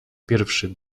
pierwszy